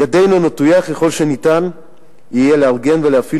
ידנו נטויה ככל שניתן יהיה לארגן ולהפעיל